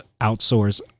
outsource